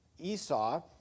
Esau